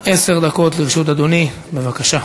עשר דקות לרשות אדוני, בבקשה.